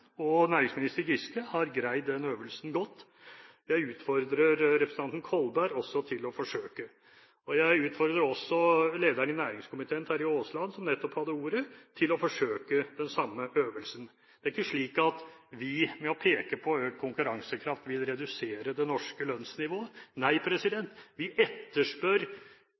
og næringsminister Giske har greid den øvelsen godt. Jeg utfordrer representanten Kolberg også til å forsøke. Jeg utfordrer også lederen i næringskomiteen, Terje Aasland, som nettopp hadde ordet, til å forsøke den samme øvelsen. Det er ikke slik at vi ved å peke på økt konkurransekraft vil redusere det norske lønnsnivået – nei, vi etterspør